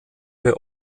der